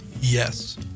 Yes